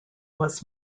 was